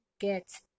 get